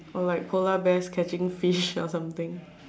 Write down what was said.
or like polar bears catching fish or something